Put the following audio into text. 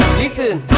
listen